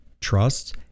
trusts